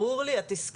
ברור לי התסכול,